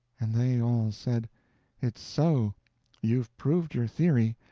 and they all said it's so you've proved your theory,